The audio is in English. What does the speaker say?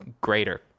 greater